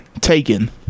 taken